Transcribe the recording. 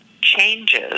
changes